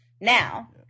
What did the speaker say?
Now